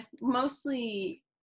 mostly